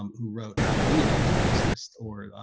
um who wrote how to be an anti-racist or ah,